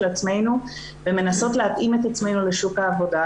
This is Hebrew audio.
עצמנו ומנסות להתאים את עצמנו לשוק העבודה,